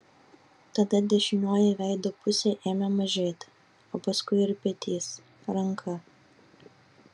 tada dešinioji veido pusė ėmė mažėti o paskui ir petys ranka